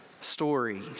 story